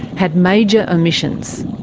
had major omissions.